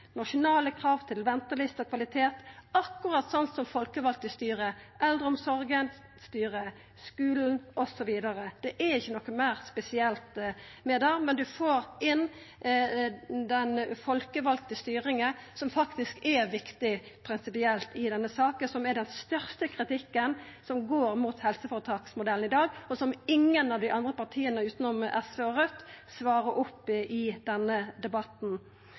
nasjonale krav til ventelister og kvalitet, akkurat sånn som folkevalde styrer eldreomsorga, skulen, osv. Det er ikkje noko meir spesielt med det. Men ein får inn den folkevalde styringa, som faktisk er prinsipielt viktig i denne saka, som er den største kritikken som er mot helseføretaksmodellen i dag, og som ingen av dei andre partia, utanom SV og Raudt, svarar opp i denne debatten.